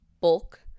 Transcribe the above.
bulk